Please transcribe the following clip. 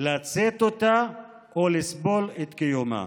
לשאת אותה או לסבול את קיומה.